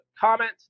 comment